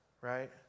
right